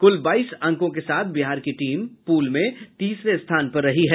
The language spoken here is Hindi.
कुल बाईस अंकों के साथ बिहार की टीम पूल में तीसरे स्थान पर रही है